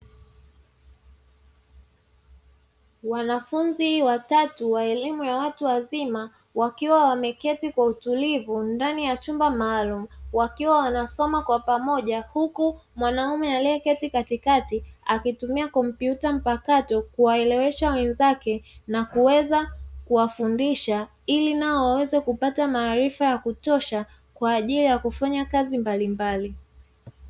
Wanafunzi wa elimu ya watu wazima wakiwa wameketi kwa utulivu ndani ya chumba maalumu, wakiwa wanasoma kwa pamoja huku mwanamume aliyeketi katikati akitumia kompyuta mpakato kuwaelekeza wenzake na kuweza kuwafundisha, ili nao waweze kupata maarifa ya kutosha kwa ajili ya kufanya kazi mbalimbali.